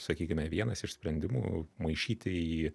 sakykime vienas iš sprendimų maišyti jį